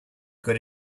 good